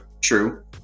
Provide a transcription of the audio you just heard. true